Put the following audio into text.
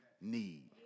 need